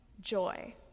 joy